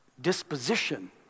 disposition